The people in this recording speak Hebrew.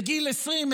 בגיל 20,